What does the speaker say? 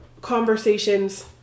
conversations